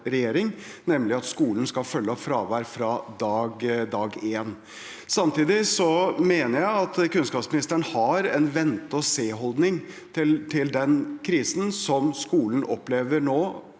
nemlig at skolen skal følge opp fravær fra dag én. Samtidig mener jeg at kunnskapsministeren har en vente-ogse-holdning til den krisen som skolen nå opplever